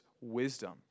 wisdom